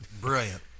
brilliant